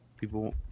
People